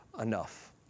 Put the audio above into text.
enough